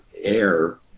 air